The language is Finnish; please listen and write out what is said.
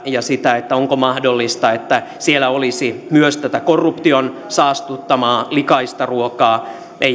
ja sitä onko mahdollista että siellä olisi myös tätä korruption saastuttamaa likaista ruokaa